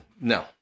No